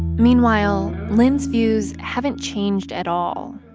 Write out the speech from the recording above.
meanwhile, lynn's views haven't changed at all.